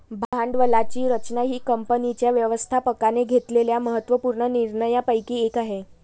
भांडवलाची रचना ही कंपनीच्या व्यवस्थापकाने घेतलेल्या महत्त्व पूर्ण निर्णयांपैकी एक आहे